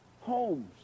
homes